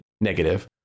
negative